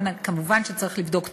כמובן, צריך לבדוק תפוקות,